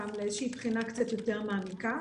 אותם לאיזושהי בחינה קצת יותר מעמיקה.